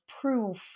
proof